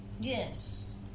Yes